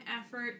effort